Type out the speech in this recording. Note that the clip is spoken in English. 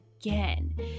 again